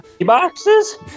boxes